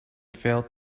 failed